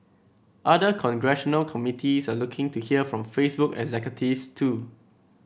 other congressional committees are looking to hear from Facebook executives too